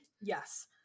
Yes